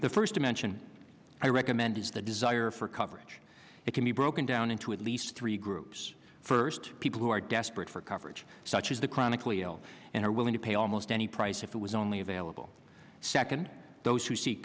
the first dimension i recommend is the desire for coverage it can be broken down into at least three groups first people who are desperate for coverage such as the chronically ill and are willing to pay almost any price if it was only available second those who see